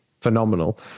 phenomenal